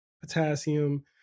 potassium